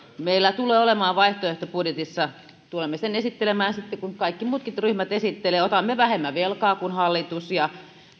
meillä tulee olemaan vaihtoehtobudjetissa tulemme sen esittelemään sitten kun kaikki muutkin ryhmät esittelevät että otamme vähemmän velkaa kuin hallitus